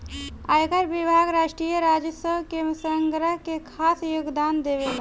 आयकर विभाग राष्ट्रीय राजस्व के संग्रह में खास योगदान देवेला